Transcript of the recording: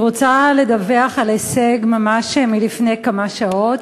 אני רוצה לדווח על הישג ממש מלפני כמה שעות.